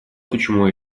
почему